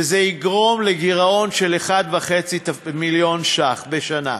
וזה יגרום לגירעון של מיליון שקלים וחצי בשנה.